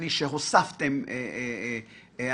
לי שהוספתם הנחיות.